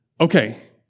Okay